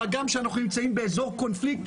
מה גם שאנחנו נמצאים באזור של קונפליקט,